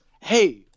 hey